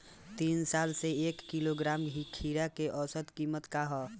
तीन साल से एक किलोग्राम खीरा के औसत किमत का ह?